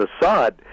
Assad